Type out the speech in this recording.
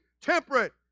temperate